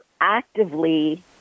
actively